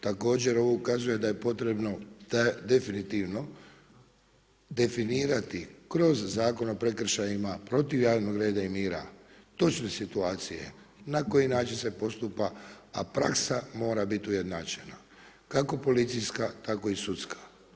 Također ovo ukazuje da je potrebno definitivno definirati kroz Zakon o prekršajima protiv javnog reda i mira točne situacije na koji način se postupa, a praksa mora biti ujednačena kako policijska, tako i sudska.